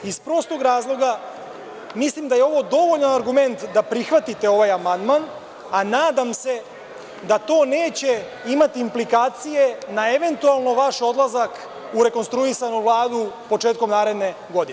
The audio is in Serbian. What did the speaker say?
Iz prostog razloga, mislim da je ovo dovoljan argument da prihvatite ovaj amandman, a nadam se da to neće imati implikacije na eventualno vaš odlazak u rekonstruisanu Vladu početkom naredne godine.